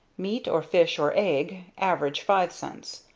meat or fish or egg, average five cents.